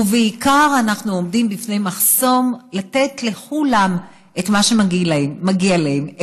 ובעיקר אנחנו עומדים בפני מחסום לתת לכולם את מה שמגיע להם,